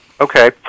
Okay